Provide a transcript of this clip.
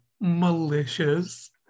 malicious